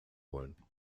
wollen